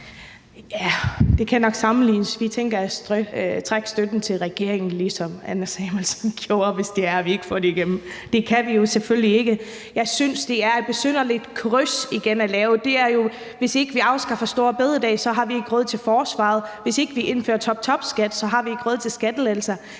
det kan nok sammenlignes med, at vi tænker at trække støtten til regeringen, ligesom Anders Samuelsen sagde, hvis det er, at vi ikke får det igennem. Det kan vi jo selvfølgelig ikke. Jeg synes igen, at det er et besynderligt kryds at lave – ligesom det med, at hvis ikke vi afskaffer store bededag, så har vi ikke råd til forsvaret; at hvis ikke vi indfører toptopskat, så har vi ikke råd til skattelettelser.